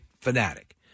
fanatic